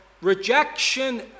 rejection